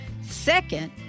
Second